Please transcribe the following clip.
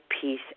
peace